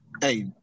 Hey